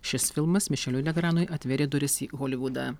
šis filmas mišeliui legranui atvėrė duris į holivudą